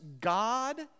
God